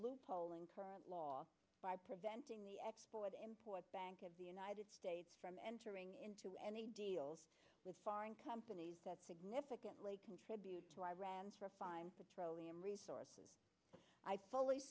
loop poling current law by preventing the export import bank of the united states from entering into any deals with foreign companies that significantly contribute to iran's refined petroleum resources i fully